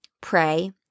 pray